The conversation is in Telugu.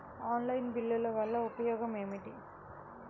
ఆన్లైన్ బిల్లుల వల్ల ఉపయోగమేమిటీ?